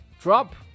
drop